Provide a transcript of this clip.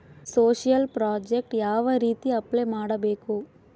Social project ಯಾವ ರೇತಿ apply ಮಾಡಬೇಕು?